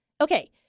okay